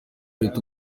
leta